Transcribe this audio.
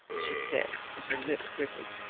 she said, and her lip quivered.